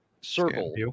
circle